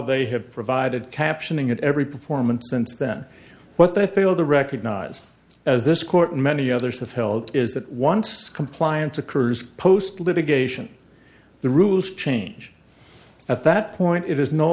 they have provided captioning at every performance since then what they fail to recognize as this court and many others have held is that once compliance occurs post litigation the rules change at that point it is no